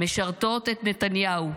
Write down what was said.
משרתות את נתניהו,